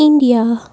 India